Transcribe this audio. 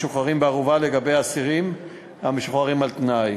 משוחררים בערובה ומשוחררים על-תנאי